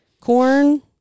corn